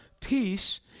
peace